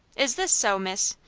is this so, miss?